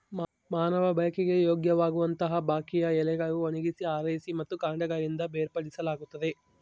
ಮಾನವ ಬಳಕೆಗೆ ಯೋಗ್ಯವಾಗಲುತಂಬಾಕಿನ ಎಲೆಗಳನ್ನು ಒಣಗಿಸಿ ಆರಿಸಿ ಮತ್ತು ಕಾಂಡಗಳಿಂದ ಬೇರ್ಪಡಿಸಲಾಗುತ್ತದೆ